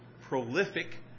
prolific